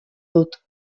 dut